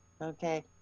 Okay